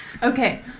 Okay